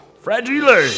Fragile